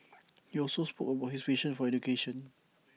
he also spoke about his passion for education